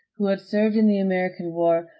who had served in the american war,